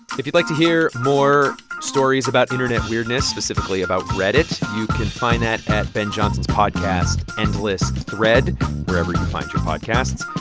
if you'd like to hear more stories about internet weirdness, specifically about reddit, you can find that at ben johnson's podcast endless thread wherever you find your podcasts.